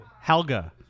Helga